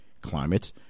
climate